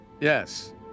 Yes